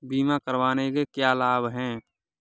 बीमा करवाने के क्या क्या लाभ हैं?